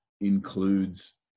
includes